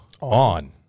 On